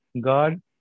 God